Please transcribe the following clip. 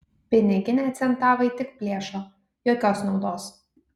piniginę centavai tik plėšo jokios naudos